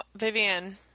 Vivian